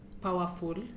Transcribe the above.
powerful